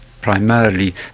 primarily